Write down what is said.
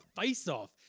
face-off